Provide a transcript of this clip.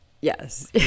Yes